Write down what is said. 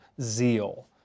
zeal